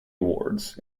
awards